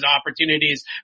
opportunities